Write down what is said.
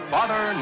Father